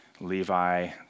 Levi